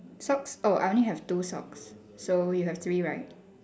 socks oh I only have two socks so you have three right